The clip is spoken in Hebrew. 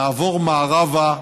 לעבור מערבה,